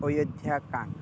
अयोध्याकाण्डः